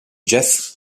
jeff